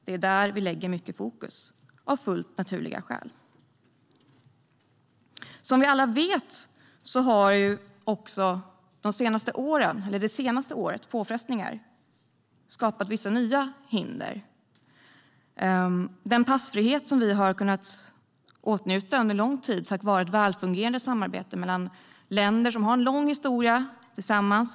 Det är där vi lägger mycket fokus, av fullt naturliga skäl. Som vi alla vet har det senaste årets påfrestningar lett till att det har skapats vissa nya hinder. Vi har sett nya hinder för den passfrihet som vi under lång tid har kunnat åtnjuta tack vare ett välfungerande samarbete mellan länder som har en lång historia tillsammans.